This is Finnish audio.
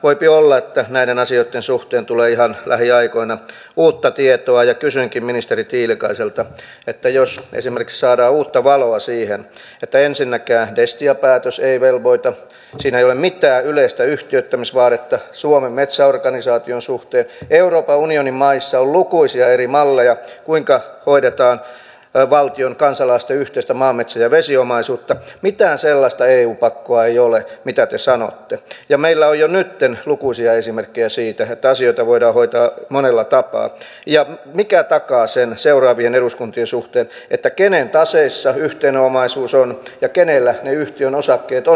voipi olla että näiden asioitten suhteen tulee ihan lähiaikoina uutta tietoa ja kysynkin ministeri tiilikaiselta että jos esimerkiksi saadaan uutta valoa siihen että ensinnäkään destia päätös ei velvoita siinä ei ole mitään yleistä yhtiöittämisvaadetta suomen metsäorganisaation suhteen euroopan unionin maissa on lukuisia eri malleja kuinka hoidetaan valtion kansalaisten yhteistä maa metsä ja vesiomaisuutta mitään sellaista eu pakkoa ei ole mitä te sanotte ja meillä on jo nytten lukuisia esimerkkejä siitä että asioita voidaan hoitaa monella tapaa niin mikä takaa seuraavien eduskuntien suhteen sen kenen taseissa yhteinen omaisuus on ja kenellä ne yhtiön osakkeet ovat jos yhtiömalliin mennään